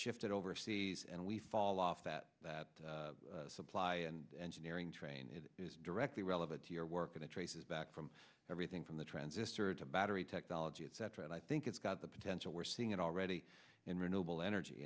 shifted overseas and we fall off that that supply and engineering train is directly relevant to your work in the traces back from everything from the transistor to battery technology etc and i think it's got the potential we're seeing it already in renewable energy